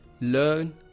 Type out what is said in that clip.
learn